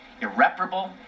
irreparable